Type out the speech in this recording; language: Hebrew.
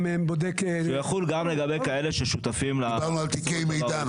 הוא יחול גם לגבי כאלה ששותפים --- דיברנו על תיקי מידע,